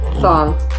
song